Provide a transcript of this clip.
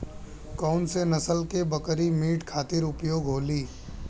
कौन से नसल क बकरी मीट खातिर उपयोग होली?